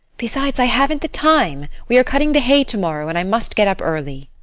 besides, i haven't the time we are cutting the hay to-morrow and i must get up early.